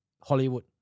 Hollywood